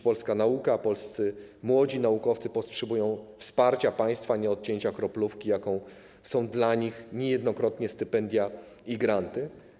Polska nauka, polscy młodzi naukowcy potrzebują wsparcia państwa, a nie odcięcia kroplówki, jaką są dla nich niejednokrotnie stypendia i granty.